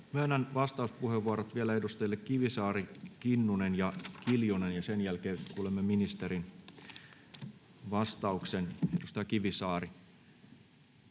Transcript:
Myönnän vielä vastauspuheenvuorot edustajille Kivisaari, Kinnunen ja Kiljunen, ja sen jälkeen kuulemme ministerin vastauksen. — Edustaja Kivisaari.